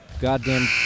goddamn